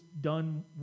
done